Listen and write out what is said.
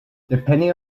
depending